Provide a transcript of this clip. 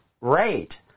rate